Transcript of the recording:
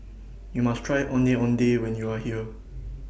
YOU must Try Ondeh Ondeh when YOU Are here